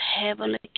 heavenly